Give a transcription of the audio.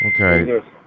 Okay